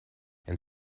and